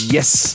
Yes